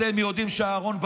אתם יודעים שאהרן ברק,